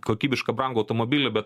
kokybišką brangų automobilį bet